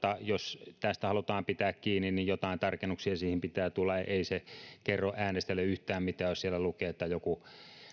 jos tästä halutaan pitää kiinni niin jotain tarkennuksia siihen pitää tulla ei se kerro äänestäjille yhtään mitään jos siellä lukee että joku